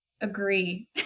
agree